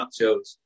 nachos